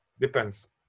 Depends